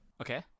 Okay